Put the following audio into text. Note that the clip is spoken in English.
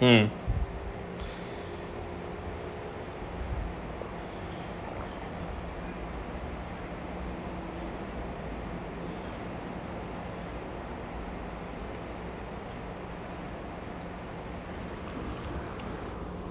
mm